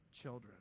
children